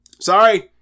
sorry